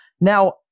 Now